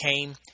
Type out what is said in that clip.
came